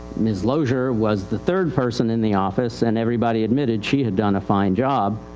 ms. logure was the third person in the office and everybody admitted she had done a fine job,